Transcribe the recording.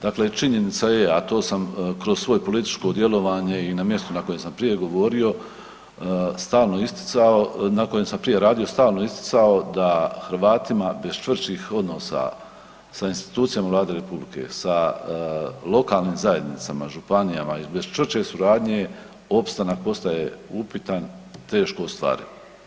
Dakle, činjenica je, a to sam kroz svoje političko djelovanje i na mjestu na kojem sam prije govorio stalno isticao, na kojem sam prije radio stalno isticao da Hrvatima bez čvršćih odnosa sa institucijama Vlade RH, sa lokalnim zajednicama, županijama i bez čvršće suradnje opstanak postaje upitan i teško ostvariv.